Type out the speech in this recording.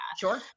Sure